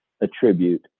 attribute